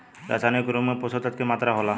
रसायनिक उर्वरक में पोषक तत्व की मात्रा होला?